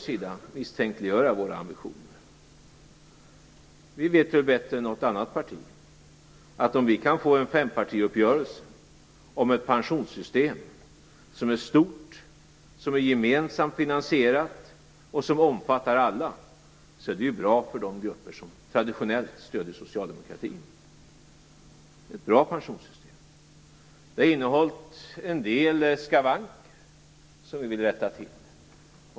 Vi vet väl bättre än något annat parti att det är bra för de grupper som av tradition stöder socialdemokratin om vi kan få en fempartiuppgörelse om ett pensionssystem som är stort, gemensamt finansierat och omfattar alla. Det är ett bra pensionssystem. Det har haft en del skavanker, som vi vill rätta till.